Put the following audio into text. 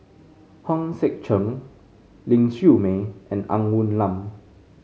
Hong Sek Chern Ling Siew May and Ng Woon Lam